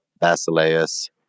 Basileus